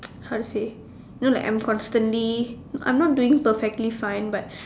how to say you know like I'm constantly I'm not doing perfectly fine but